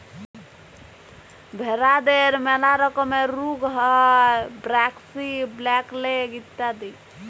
ভেরাদের ম্যালা রকমের রুগ হ্যয় ব্র্যাক্সি, ব্ল্যাক লেগ ইত্যাদি